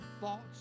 thoughts